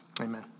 Amen